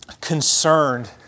concerned